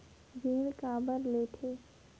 ऋण काबर लेथे?